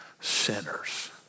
sinners